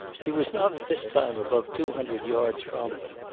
he was not at this time above two hundred yards from them,